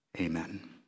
Amen